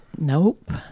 Nope